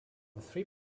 three